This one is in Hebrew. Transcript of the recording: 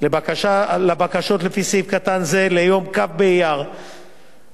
להגשת בקשות לפי סעיף קטן זה ליום כ' באייר התשע"ג,